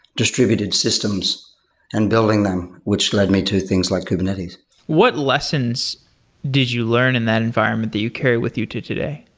distributed systems and building them, which led me to things like kubernetes what lessons did you learn in that environment that you carry with you to today?